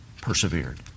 persevered